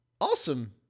awesome